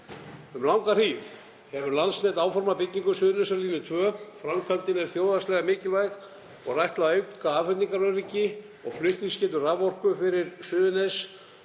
Um langa hríð hefur Landsnet áformað byggingu Suðurnesjalínu 2. Framkvæmdin er þjóðhagslega mikilvæg og er ætlað að auka afhendingaröryggi og flutningsgetu raforku fyrir Suðurnes